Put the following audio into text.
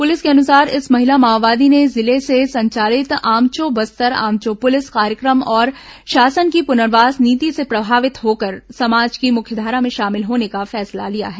police के अनुसार इस महिला माओवादी ने जिले में संचालित आमचो बस्तर आमचो पुलिस कार्यक्रम और शासन की पुनर्वास नीति से प्रभावित होकर समाज की मुख्यधारा में शामिल होने का फैसला लिया है